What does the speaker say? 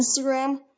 Instagram